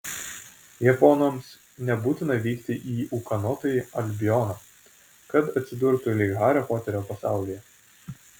japonams nebūtina vykti į ūkanotąjį albioną kad atsidurtų lyg hario poterio pasaulyje